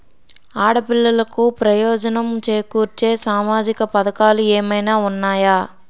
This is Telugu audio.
ఆడపిల్లలకు ప్రయోజనం చేకూర్చే సామాజిక పథకాలు ఏమైనా ఉన్నాయా?